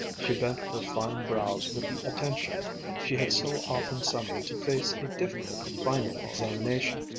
she bent her fine brows with the attention she had so often summoned to face a difficult final examination,